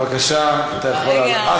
בבקשה, אתה יכול לעלות.